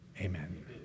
Amen